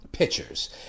Pitchers